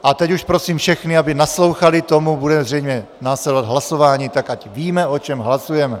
A teď už prosím všechny, aby naslouchali, bude zřejmě následovat hlasování, tak ať víme, o čem hlasujeme.